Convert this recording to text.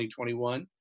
2021